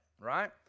right